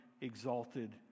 exalted